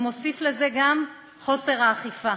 ומוסיף לזה גם חוסר אכיפה.